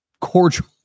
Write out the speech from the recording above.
cordial